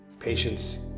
Patience